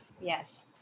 Yes